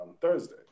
Thursday